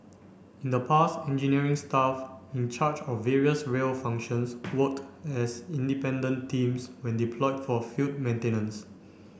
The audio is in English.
in the past engineering staff in charge of various rail functions worked as independent teams when deployed for field maintenance